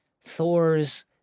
Thor's